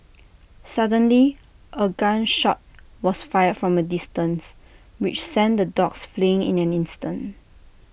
suddenly A gun shot was fired from A distance which sent the dogs fleeing in an instant